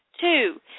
Two